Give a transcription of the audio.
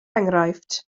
enghraifft